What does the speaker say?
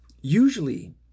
usually